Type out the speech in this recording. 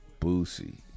Boosie